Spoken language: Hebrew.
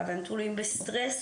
אני לומדת עד השעה חמש,